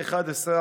אין בעיה.